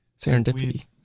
serendipity